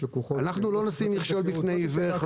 לקוחות --- אנחנו לא נשים מכשול בפני עיוור,